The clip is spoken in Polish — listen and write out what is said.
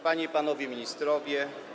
Panie i Panowie Ministrowie!